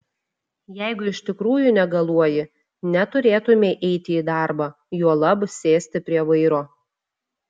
jeigu iš tikrųjų negaluoji neturėtumei eiti į darbą juolab sėsti prie vairo